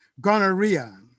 gonorrhea